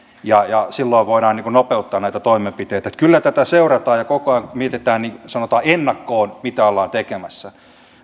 ja ja silloin voidaan nopeuttaa näitä toimenpiteitä kyllä tätä seurataan ja koko ajan mietitään sanotaan ennakkoon mitä ollaan tekemässä